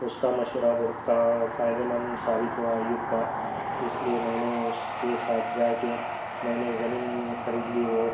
اس کا مشورہ بہت کا فائدے مند ثابت ہوا ایوب کا، اس لیے میں نے اس کے ساتھ جا کے میں نے زمین خرید لی وہ